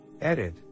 edit